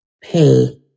pay